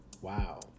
Wow